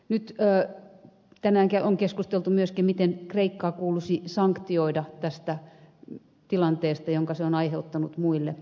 nyt tänään on keskusteltu myöskin miten kreikkaa kuuluisi sanktioida tästä tilanteesta jonka se on aiheuttanut muille